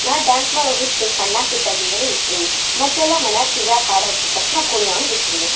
ನಾ ಡ್ಯಾನ್ಸ್ ಮಾಡೋ ಹುಚ್ಚು ಸಣ್ಣಾಕಿದ್ದಾಗಿಂದನೂ ಇತ್ತು ರಿ ಮೊದ್ಲೆಲ್ಲ ಮನ್ಯಾಗ ಟೀವ್ಯಾಗ ಹಾಡು ಹಚ್ಚಿದ ತಕ್ಷಣ ಕುಣಿಯೋವಂಗೆ ಇತ್ತು ರಿ